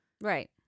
Right